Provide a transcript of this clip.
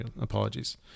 Apologies